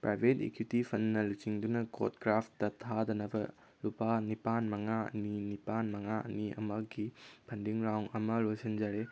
private equity ꯐꯟꯅ ꯂꯨꯆꯤꯡꯗꯨꯅ ꯀꯣꯗꯀ꯭ꯔꯥꯐꯇ ꯊꯥꯗꯅꯕ ꯂꯨꯄꯥ ꯅꯤꯄꯥꯟ ꯃꯉꯥ ꯑꯅꯤ ꯅꯤꯄꯥꯟ ꯃꯉꯥ ꯑꯅꯤ ꯑꯃꯒꯤ ꯐꯟꯗꯤꯡ ꯔꯥꯎꯟ ꯑꯃ ꯂꯣꯏꯁꯤꯟꯖꯔꯦ